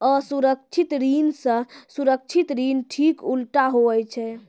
असुरक्षित ऋण से सुरक्षित ऋण ठीक उल्टा हुवै छै